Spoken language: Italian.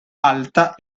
alta